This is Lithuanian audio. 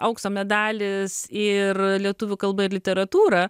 aukso medalis ir lietuvių kalba ir literatūra